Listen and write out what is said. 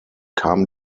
kam